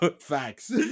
Facts